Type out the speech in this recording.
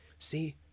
see